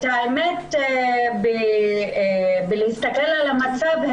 אם להסתכל על המצב,